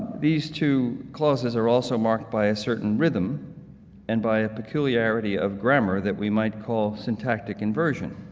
these two clauses are also marked by a certain rhythm and by a peculiarity of grammar that we might call syntactic inversion,